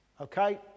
Okay